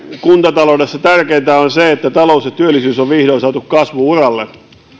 kuntataloudessa tärkeintä on se että talous ja työllisyys on vihdoin saatu kasvu uralle